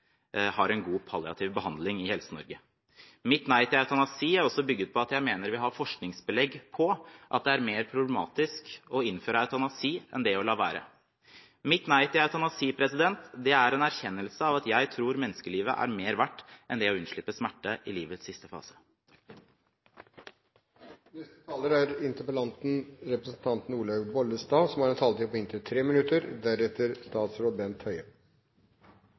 har en god palliativ behandling i Helse-Norge. Mitt nei til eutanasi er også bygget på at jeg mener vi har forskningsbelegg for at det er mer problematisk å innføre eutanasi enn det å la være. Mitt nei til eutanasi er en erkjennelse av at jeg tror menneskelivet er mer verdt enn det å unnslippe smerte i livets siste fase. Jeg skal ikke synge. Jeg er glad for at vi kan spille på mange talenter i Kristelig Folkeparti, og en